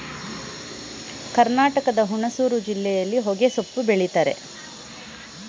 ಕರ್ನಾಟಕದ ಹುಣಸೂರು ಜಿಲ್ಲೆಯಲ್ಲಿ ಹೊಗೆಸೊಪ್ಪು ಬೆಳಿತರೆ